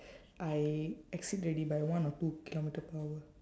I exceed already by one or two kilometer per hour